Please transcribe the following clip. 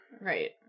Right